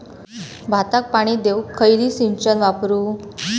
भाताक पाणी देऊक खयली सिंचन वापरू?